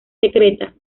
secreta